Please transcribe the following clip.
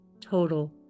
total